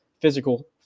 Physical